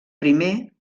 primer